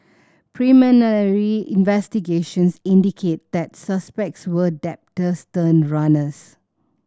investigations indicated that the suspects were debtors turned runners